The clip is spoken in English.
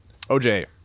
OJ